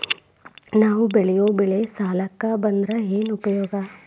ನಾವ್ ಬೆಳೆಯೊ ಬೆಳಿ ಸಾಲಕ ಬಂದ್ರ ಏನ್ ಉಪಯೋಗ?